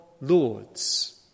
lords